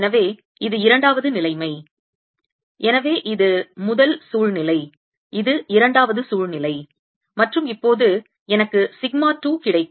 எனவே இது இரண்டாவது நிலைமை எனவே இது முதல் சூழ்நிலை இது இரண்டாவது சூழ்நிலை மற்றும் இப்போது எனக்கு சிக்மா 2 கிடைக்கும்